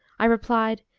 i replied,